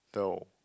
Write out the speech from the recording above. no